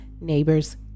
Neighbors